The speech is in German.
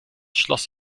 schloss